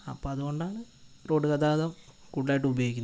അപ്പൊ അതുകൊണ്ടാണ് റോഡ് ഗതാഗതം കൂടുതലായിട്ട് ഉപയോഗിക്കുന്നത്